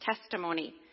testimony